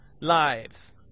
lives